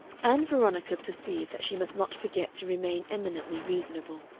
ann veronica perceived that she must not forget to remain eminently reasonable.